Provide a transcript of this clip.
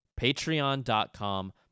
patreon.com